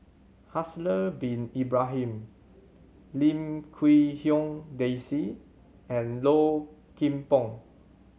Haslir Bin Ibrahim Lim Quee Hong Daisy and Low Kim Pong